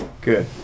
Good